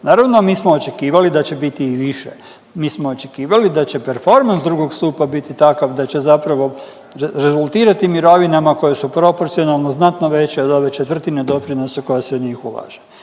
Naravno mi smo očekivali da će biti i više, mi smo očekivali da će performans 2. stupa biti takav da će zapravo rezultirati mirovinama koje su proporcionalno znatno veće od ove četvrtine doprinosa koja se u njih ulaže.